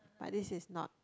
but this is not